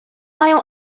mają